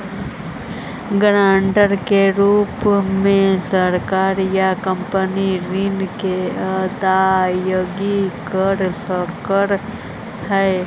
guarantor के रूप में सरकार या कंपनी ऋण के अदायगी कर सकऽ हई